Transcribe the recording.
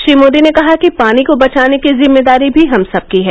श्री मोदी ने कहा कि पानी को बचाने की जिम्मेदारी भी हम सबकी है